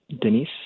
Denise